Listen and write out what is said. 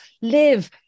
live